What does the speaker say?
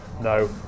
No